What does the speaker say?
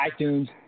iTunes